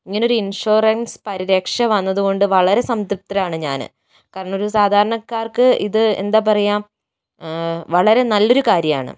ഇങ്ങനെയൊരു ഇൻഷുറൻസ് പരിരക്ഷ വന്നത് കൊണ്ട് വളരെ സംതൃപ്തയാണ് ഞാൻ കാരണം ഒരു സാധാരണക്കാർക്ക് ഇത് എന്താ പറയാ വളരെ നല്ലൊരു കാര്യാണ്